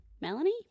Melanie